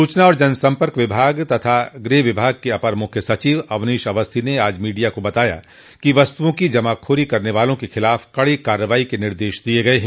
सूचना और जनसम्पर्क विभाग तथा गृह विभाग के अपर मुख्य सचिव अवनीश अवस्थी ने आज मीडिया को बताया कि वस्तुओं की जमाखोरी करने वालों के खिलाफ कड़ी कार्रवाई के निर्देश दिये गये हैं